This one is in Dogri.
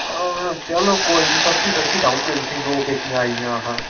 चलो कोई नि सस्ती सस्ती लाऊ ओड़गे तुसेंगी दो पेटियां आई गेआ हा